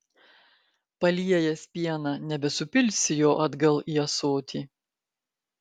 paliejęs pieną nebesupilsi jo atgal į ąsotį